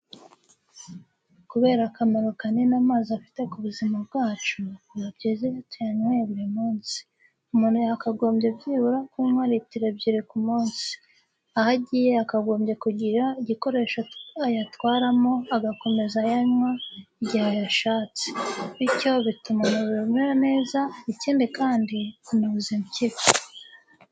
Kubera akamaro kanini amazi afite ku buzima bwacu, biba byiza iyo tuyanyweye buri munsi. Umuntu yakagombye byibura kunywa litiro ebyiri ku munsi. Aho agiye yakagombye kugira igikoresho ayatwaramo agakomeza ayanywa igihe ayashatse. Bityo bituma umubiri umera neza, ikindi kandi anoza impyiko.